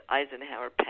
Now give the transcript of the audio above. Eisenhower